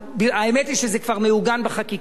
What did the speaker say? האמת היא שזה כבר מעוגן בחקיקה,